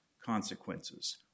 consequences